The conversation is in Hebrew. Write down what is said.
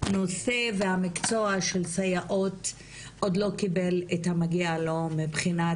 שנושא והמקצוע של הסייעות עוד לא קיבל את המגיע לו מבחינת